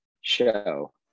show